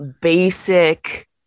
basic